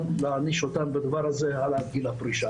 להעניש אותן בזה שמעלים את גיל הפרישה.